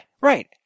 Right